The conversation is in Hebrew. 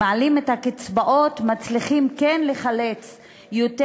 כשמעלים את הקצבאות מצליחים לחלץ יותר